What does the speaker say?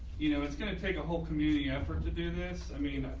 you know, it's going to take a whole community effort to do this. i mean,